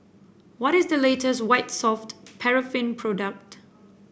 what is the latest White Soft Paraffin product